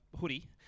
hoodie